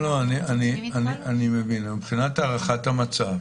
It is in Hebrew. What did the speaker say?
אני מבין, אבל מבחינת הערכת המצב,